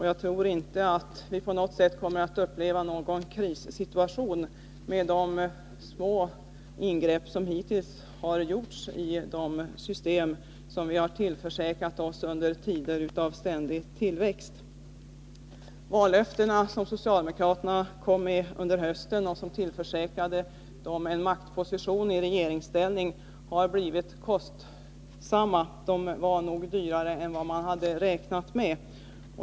Jag tror inte att vi på något sätt kommer att uppleva någon krissituation med de små ingrepp som hittills har gjorts i det system vi har tillförsäkrat oss under tider av ständig tillväxt. De vallöften som socialdemokraterna kom med under hösten och som gav dem en maktposition i regeringsställning har blivit kostsamma. De var nog dyrare än vad man hade räknat med.